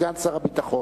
סגן שר הביטחון,